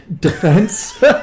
Defense